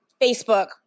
Facebook